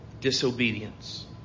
disobedience